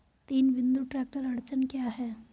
तीन बिंदु ट्रैक्टर अड़चन क्या है?